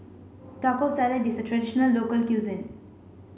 Taco Salad is a traditional local cuisine